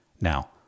Now